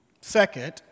Second